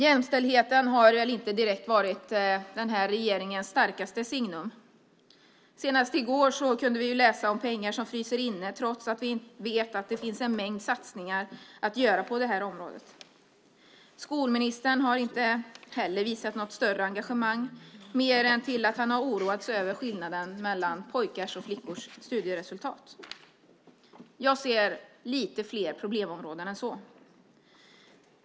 Jämställdheten har väl inte direkt varit den här regeringens starkaste signum. Senast i går kunde vi läsa om pengar som fryser inne, trots att vi vet att det finns en mängd satsningar att göra på det här området. Skolministern har inte heller visat något större engagemang, mer än att han oroats över skillnaderna i pojkars och flickors studieresultat. Jag ser lite fler problemområden än så.